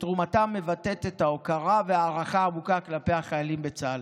שתרומתם מבטאת את ההוקרה וההערכה העמוקה כלפי החיילים בצה"ל.